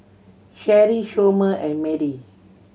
Sherry Somer and Madie